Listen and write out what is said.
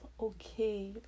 okay